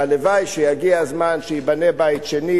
והלוואי שיגיע הזמן שייבנה בית שלישי,